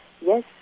Yes